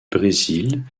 brésil